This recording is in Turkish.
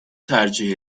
tercih